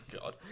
God